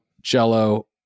Jell-O